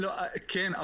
כן.